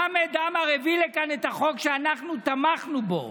חמד עמאר הביא לכאן את החוק שאנחנו תמכנו בו